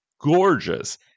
gorgeous